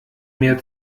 mir